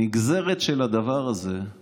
הנגזרת של הדבר הזה היא